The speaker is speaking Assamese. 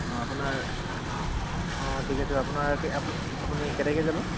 অঁ আপোনাৰ অঁ ঠিক আছে আপোনাৰ আপুনি কেই তাৰিখে যাব